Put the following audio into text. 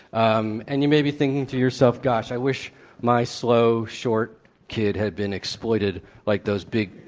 um and you may be thinking to yourself, gosh, i wish my slow, short kid had been exploited like those big,